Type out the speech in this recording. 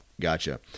Gotcha